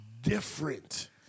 different